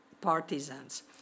partisans